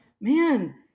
man